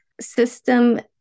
system